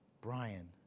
Brian